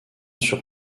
sur